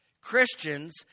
Christians